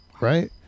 right